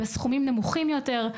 בסכומים נמוכים יותר.